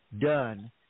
done